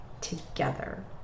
together